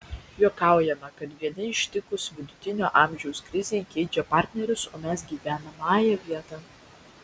juokaujame kad vieni ištikus vidutinio amžiaus krizei keičia partnerius o mes gyvenamąją vietą